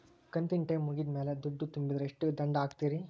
ಕಂತಿನ ಟೈಮ್ ಮುಗಿದ ಮ್ಯಾಲ್ ದುಡ್ಡು ತುಂಬಿದ್ರ, ಎಷ್ಟ ದಂಡ ಹಾಕ್ತೇರಿ?